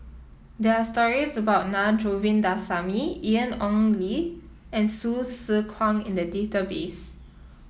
there are stories about Na Govindasamy Ian Ong Li and Hsu Tse Kwang in the database